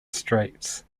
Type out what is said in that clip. straits